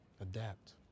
adapt